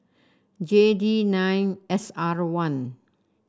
J D nine S R one